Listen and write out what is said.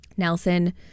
Nelson